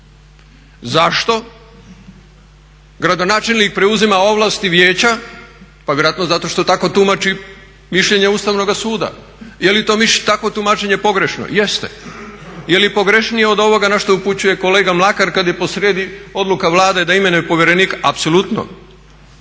Zašto gradonačelnik preuzima ovlasti vijeća? Pa vjerojatno zato što tako tumači mišljenje Ustavnoga suda. Je li takvo tumačenje pogrešno? Jeste. Je li pogrešnije od ovoga na što upućuje kolega Mlakar kad je posrijedi odluka Vlade da imenuje povjerenika? Apsolutno.